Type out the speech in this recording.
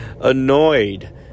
annoyed